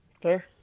Fair